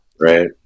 right